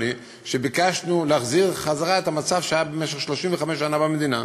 ביקשנו להחזיר את המצב שהיה במשך 35 שנה במדינה.